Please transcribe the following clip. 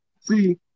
See